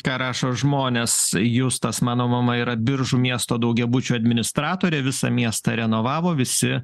ką rašo žmonės justas mano mama yra biržų miesto daugiabučių administratorė visą miestą renovavo visi